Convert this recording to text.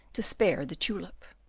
to spare the tulip.